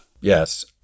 Yes